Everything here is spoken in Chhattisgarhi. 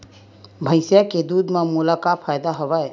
भैंसिया के दूध म मोला का फ़ायदा हवय?